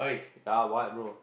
ya what bro